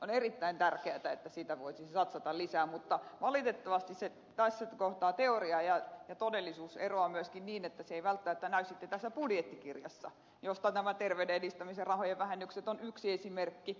on erittäin tärkeätä että sinne voitaisiin satsata lisää mutta valitettavasti tässä kohtaa teoria ja todellisuus eroavat myöskin niin että se ei välttämättä näy tässä budjettikirjassa mistä nämä terveyden edistämisen rahojen vähennykset on yksi esimerkki